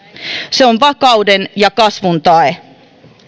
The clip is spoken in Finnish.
se on vakauden ja kasvun tae